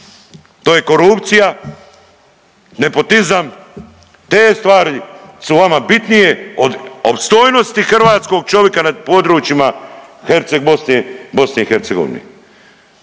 To je korupcija, nepotizam te stvari su vama bitnije od opstojnosti hrvatskog čovika na područjima Herceg Bosne BiH, to je